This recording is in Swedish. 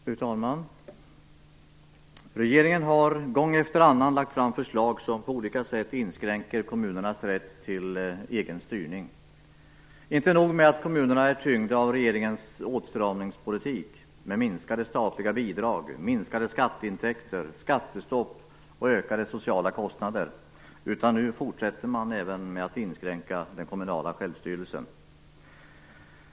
Fru talman! Regeringen har gång efter annan lagt fram förslag som på olika sätt inskränker kommunernas rätt till egen styrning. Inte nog med att kommunerna är tyngda av regeringens åtstramningspolitik med minskade statliga bidrag, minskade skatteintäkter, skattestopp och ökade sociala kostnader. Nu fortsätter man dessutom att även inskränka den kommunala självstyrelsen.